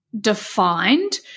defined